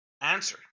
answer